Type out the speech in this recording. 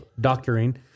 doctoring